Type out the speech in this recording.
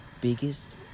biggest